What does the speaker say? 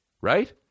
right